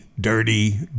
dirty